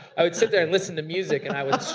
i would sit there and listen to music and i would